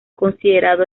considerado